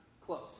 close